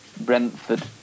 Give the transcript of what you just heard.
Brentford